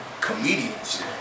comedians